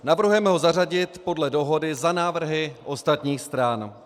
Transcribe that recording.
Navrhujeme ho zařadit podle dohody za návrhy ostatních stran.